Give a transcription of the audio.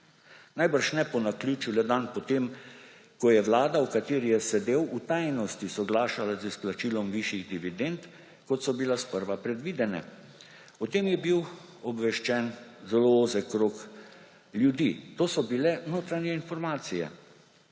Najbrž ne po naključju le dan potem, ko je vlada, v kateri je sedel, v tajnosti soglašala z izplačilom višjih dividend, kot so bila sprva predvidene. O tem je bil obveščen zelo ozek krog ljudi. To so bile notranje informacije.